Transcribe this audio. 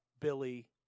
Billy